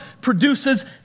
produces